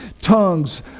tongues